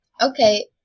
Okay